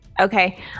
Okay